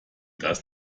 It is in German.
das